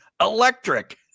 electric